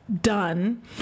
done